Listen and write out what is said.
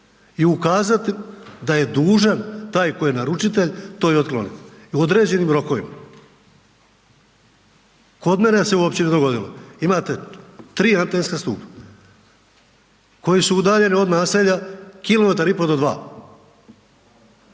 i ukazati da je dužan taj koji je naručitelj to i otkloniti. U određenim rokovima. Kod mene se u općini dogodilo, imate 3 antenska stupa koji su udaljeni od naselja kilometar i pol do dva.